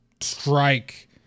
strike